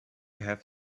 have